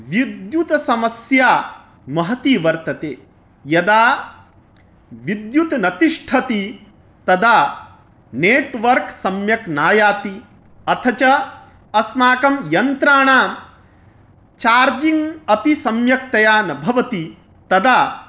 विद्युत् समस्या महती वर्तते यदा विद्युत् न तिष्ठति तदा नेट्वर्क् सम्यक् नायाति अथ च अस्माकं यन्त्राणां चार्जिङ्ग् अपि सम्यक्तया न भवति तदा